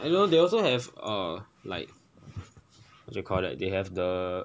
they also have a like what you call that they have the